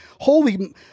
Holy